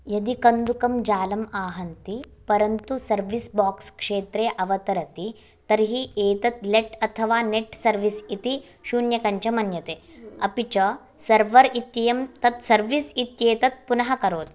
यदि कन्दुकं जालम् आहन्ति परन्तु सर्विस् बाक्स् क्षेत्रे अवतरति तर्हि एतत् लेट् अथवा नेट् सर्विस् इति शून्यकं च मन्यते अपि च सर्वर् इत्ययं तत् सर्विस् इत्येतत् पुनः करोति